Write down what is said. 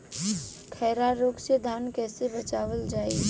खैरा रोग से धान कईसे बचावल जाई?